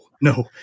no